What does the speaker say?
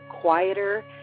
quieter